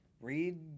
Read